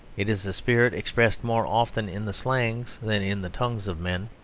it is a spirit expressed more often in the slangs than in the tongues of men.